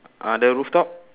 uh the rooftop